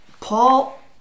Paul